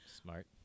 Smart